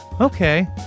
Okay